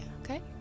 okay